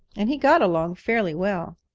and he got along fairly well.